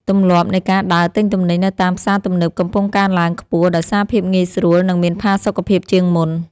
ទម្លាប់នៃការដើរទិញទំនិញនៅតាមផ្សារទំនើបកំពុងកើនឡើងខ្ពស់ដោយសារភាពងាយស្រួល និងមានផាសុកភាពជាងមុន។